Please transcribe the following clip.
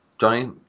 Johnny